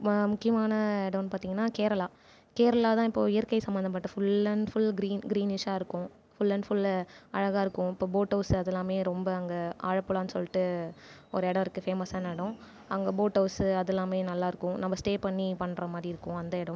மா முக்கியமான இடம்னு பார்த்திங்கன்னா கேரளா கேரளா தான் இப்போ இயற்கை சம்மந்தப்பட்ட ஃபுல் அண்ட் ஃபுல் க்ரீன் க்ரீனிஷ்ஷாக இருக்கும் ஃபுல் அண்ட் ஃபுல் அழகாக இருக்கும் இப்போ போட் ஹவுஸ் அதெல்லாமே ரொம்ப அங்கே ஆலப்புழான்னு சொல்லிட்டு ஒரு இடம் இருக்கு ஃபேமஸ்ஸான இடம் அங்கே போட் ஹவுஸ்ஸு அதெல்லாமே நல்லாருக்கும் நம்ம ஸ்டே பண்ணி பண்றமாதிரிருக்கும் அந்த இடம்